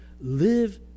live